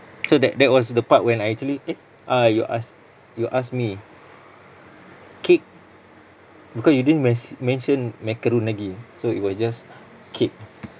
so that that was the part when I actually eh ah you ask you ask me cake because you didn't men~ mention macaron lagi so it was just cake